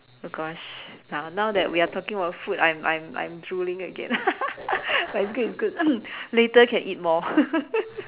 oh gosh now now that we are talking about food I'm I'm I'm drooling again but it's good it's good later I can eat more